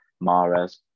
Mares